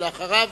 אחריו,